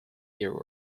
year